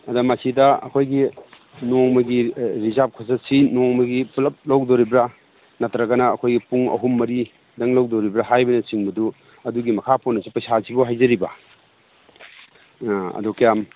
ꯑꯗꯣ ꯃꯁꯤꯗ ꯑꯩꯈꯣꯏꯒꯤ ꯅꯣꯡꯃꯒꯤ ꯔꯤꯖꯥꯞ ꯈꯨꯆꯠꯁꯤ ꯅꯣꯡꯃꯒꯤ ꯄꯨꯂꯞ ꯂꯧꯗꯣꯔꯤꯕ꯭ꯔꯥ ꯅꯠꯇ꯭ꯔꯒꯅ ꯑꯩꯈꯣꯏ ꯄꯨꯡ ꯑꯍꯨꯝ ꯃꯔꯤꯗꯪ ꯂꯧꯗꯣꯔꯤꯕ꯭ꯔꯥ ꯍꯥꯏꯕꯅꯆꯤꯡꯕꯗꯨ ꯑꯗꯨꯒꯤ ꯃꯈꯥ ꯄꯣꯟꯅꯁꯨ ꯄꯩꯁꯥꯁꯤꯕꯣ ꯍꯥꯏꯖꯔꯤꯕ ꯑ ꯑꯗꯨ ꯀꯌꯥꯝ